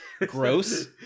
gross